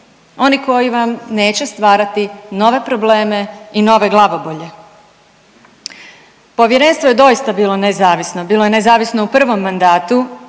oni koji vam neće stvarati nove probleme i nove glavobolje. Povjerenstvo je doista bilo nezavisno. Bilo je nezavisno u prvom mandatu,